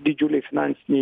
didžiuliai finansiniai